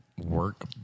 Work